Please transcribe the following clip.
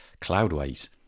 Cloudways